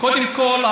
קודם כול,